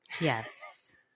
Yes